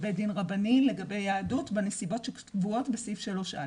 בית דין רבני לגבי יהדות והנסיבות שקבועות בסעיף 3(א),